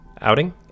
outing